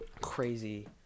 crazy